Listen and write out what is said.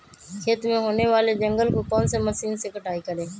खेत में होने वाले जंगल को कौन से मशीन से कटाई करें?